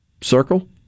circle